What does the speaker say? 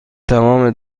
تمام